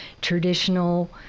traditional